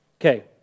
Okay